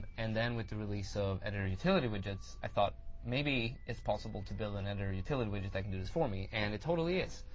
and then with the release of editor utility widgets, i thought maybe it's possible to build an editor utility widget that can do this for me. and it totally is.